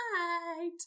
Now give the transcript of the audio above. right